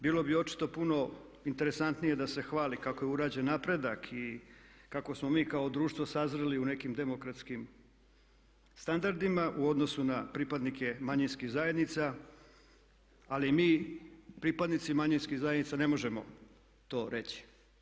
Bilo bi očito puno interesantnije da se hvali kako je urađen napredak i kako smo mi kao društvo sazreli u nekim demokratskim standardima u odnosu na pripadne manjinskih zajednica ali mi pripadnici manjinskih zajednica ne možemo to reći.